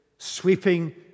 sweeping